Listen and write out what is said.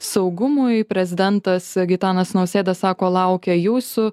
saugumui prezidentas gitanas nausėda sako laukia jūsų